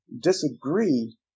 disagree